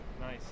Nice